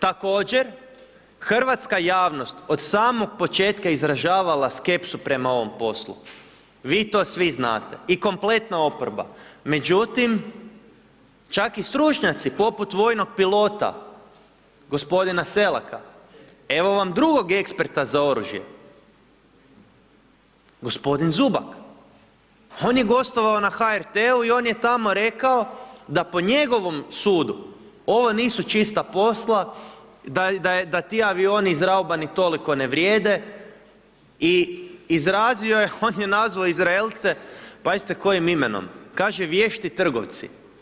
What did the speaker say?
Također, hrvatska javnost od samog početka izražavala skepsu prema ovom poslu, vi to svi znate i kompletna oporba, međutim, čak i stručnjaci poput vojnog pilota gospodina Selaka, evo vam drugog eksperta za oružje gospodin Zubak, on je gostovao na HRT-u i on je tamo rekao da po njegovom sudu ovo nisu čista posla, da ti avioni izraubani toliko ne vrijede i izrazio je, on je nazvao Izraelce pazite kojim imenom, kaže vješti trgovci.